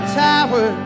tower